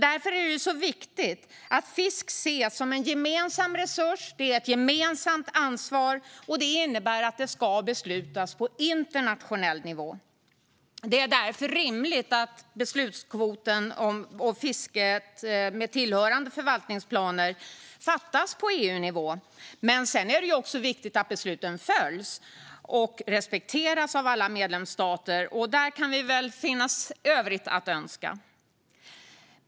Därför är det viktigt att fisk ses som en gemensam resurs och ett gemensamt ansvar, vilket innebär att den måste beslutas om på internationell nivå. Det är därför rimligt att besluten om fiskekvoter med tillhörande förvaltningsplaner fattas på EU-nivå, men det är också viktigt att besluten följs och respekteras av alla medlemsstater. Där kan det finnas en del i övrigt att önska.